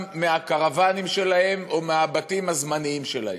מהקרוונים שלהם או מהבתים הזמניים שלהם?